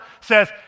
says